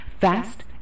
Fast